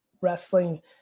wrestling